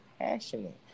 passionate